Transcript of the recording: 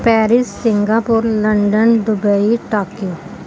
Paris Singapore London Dubai Tokyo